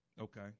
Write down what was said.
Okay